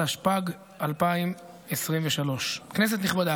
התשפ"ג 2023. כנסת נכבדה,